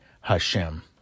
Hashem